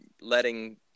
letting